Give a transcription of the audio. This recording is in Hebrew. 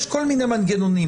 יש כל מיני מנגנונים.